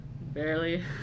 barely